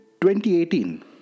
2018